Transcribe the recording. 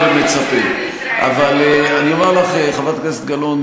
לעשות גיור,